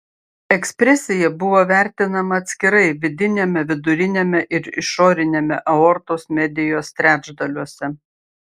ekspresija buvo vertinama atskirai vidiniame viduriniame ir išoriniame aortos medijos trečdaliuose